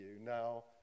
Now